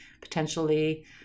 potentially